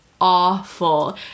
awful